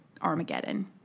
Armageddon